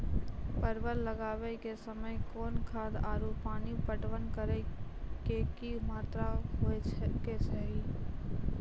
परवल लगाबै के समय कौन खाद आरु पानी पटवन करै के कि मात्रा होय केचाही?